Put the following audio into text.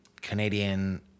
Canadian